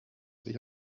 sich